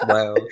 Wow